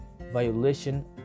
violation